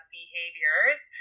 behaviors